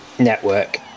network